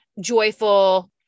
joyful